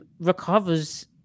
recovers